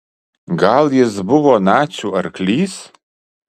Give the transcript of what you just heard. gal jis buvo nacių arklys